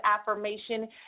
affirmation